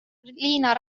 liina